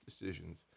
decisions